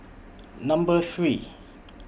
Number three